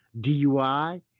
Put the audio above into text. DUI